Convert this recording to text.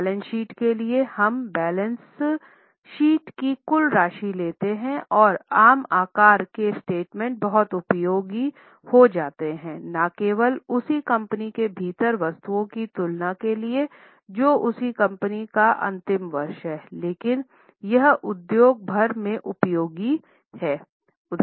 balance sheet के लिए हम बैलेंस शीट की कुल राशि लेते हैं और आम आकार के स्टेटमेंट बहुत उपयोगी हो जाते हैं न केवल उसी कंपनी के भीतर वस्तुओं की तुलना के लिए जो उसी कंपनी का अंतिम वर्ष है लेकिन यह उद्योग भर में उपयोगी है